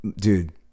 Dude